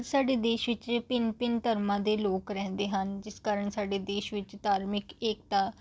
ਅੱਜ ਸਾਡੇ ਦੇਸ਼ ਵਿੱਚ ਭਿੰਨ ਭਿੰਨ ਧਰਮਾਂ ਦੇ ਲੋਕ ਰਹਿੰਦੇ ਹਨ ਜਿਸ ਕਾਰਨ ਸਾਡੇ ਦੇਸ਼ ਵਿੱਚ ਧਾਰਮਿਕ ਏਕਤਾ